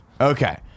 Okay